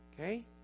Okay